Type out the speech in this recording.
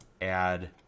add